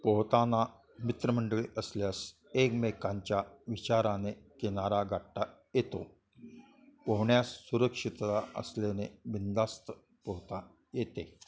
पोहताना मित्रमंडळी असल्यास एकमेकांच्या विचाराने किनारा गाठता येतो पोहण्यास सुरक्षितता असल्याने बिनधास्त पोहता येते